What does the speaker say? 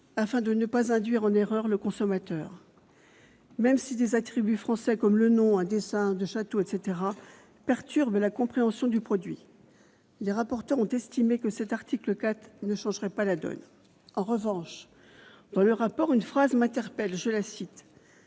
afin de ne pas induire en erreur le consommateur, même si des attributs français, comme le nom, un dessin de château, perturbent la compréhension du produit. Les rapporteurs ont estimé que l'article 4 ne changerait pas la donne. En revanche dans le rapport, une phrase m'interpelle :« La